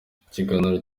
ikiganiro